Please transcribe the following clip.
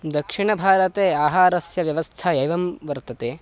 दक्षिणभारते आहारस्य व्यवस्था एवं वर्तते